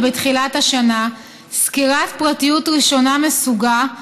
בתחילת השנה סקירת פרטיות ראשונה מסוגה,